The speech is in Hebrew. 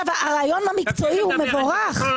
הרעיון המקצועי הוא מבורך --- אורית,